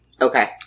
Okay